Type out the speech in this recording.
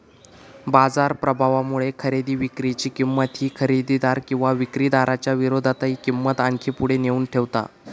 बाजार प्रभावामुळे खरेदी विक्री ची किंमत ही खरेदीदार किंवा विक्रीदाराच्या विरोधातही किंमत आणखी पुढे नेऊन ठेवता